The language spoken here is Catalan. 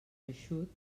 eixut